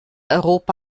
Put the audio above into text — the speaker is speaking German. europa